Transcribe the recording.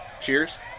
Cheers